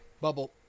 Bubble